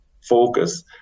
focus